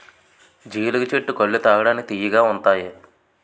జీలుగు చెట్టు కల్లు తాగడానికి తియ్యగా ఉంతాయి